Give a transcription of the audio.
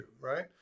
Right